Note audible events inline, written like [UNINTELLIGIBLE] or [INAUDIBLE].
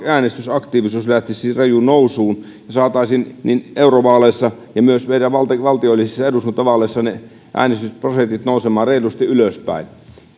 [UNINTELLIGIBLE] äänestysaktiivisuus lähtisi rajuun nousuun ja saataisiin niin eurovaaleissa kuin myös meidän valtiollisissa eduskuntavaaleissa ne äänestysprosentit nousemaan reilusti ylöspäin